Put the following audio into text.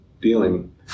dealing